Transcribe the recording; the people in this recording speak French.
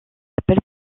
appels